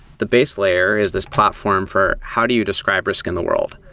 the base layer is this platform for how do you describe risk in the world.